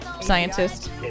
scientist